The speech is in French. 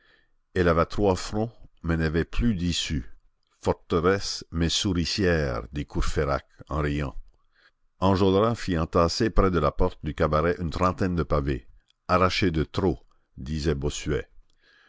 elle avait trois fronts mais n'avait plus d'issue forteresse mais souricière dit courfeyrac en riant enjolras fit entasser près de la porte du cabaret une trentaine de pavés arrachés de trop disait bossuet